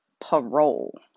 parole